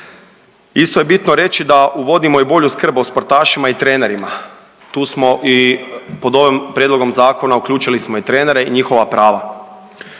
Isto je bitno reći da uvodimo i bolju skrb o sportašima i trenerima tu smo i pod ovim prijedlogom zakona uključili smo i trenere i njihova prava.